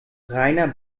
rainer